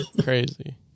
Crazy